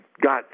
got